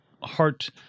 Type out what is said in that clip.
heart